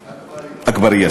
אגבאריה.